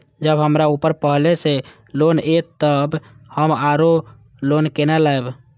जब हमरा ऊपर पहले से लोन ये तब हम आरो लोन केना लैब?